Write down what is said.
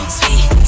sweet